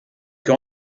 che